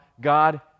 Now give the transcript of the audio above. God